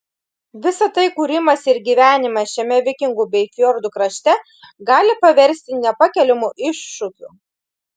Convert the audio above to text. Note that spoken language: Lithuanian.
visa tai kūrimąsi ir gyvenimą šiame vikingų bei fjordų krašte gali paversti nepakeliamu iššūkiu